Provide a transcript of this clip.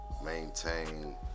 maintain